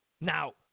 Now